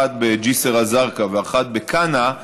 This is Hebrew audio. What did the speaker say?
אחת בג'יסר א-זרקא ואחת בכנא,